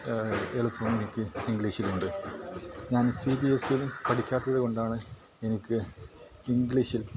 എളുപ്പം എനിക്ക് ഇംഗ്ലീഷിലുണ്ട് ഞാൻ സി ബി എസ് സിയിൽ പഠിക്കാത്തത് കൊണ്ടാണ് എനിക്ക് ഇംഗ്ലീഷിൽ